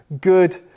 good